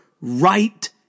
right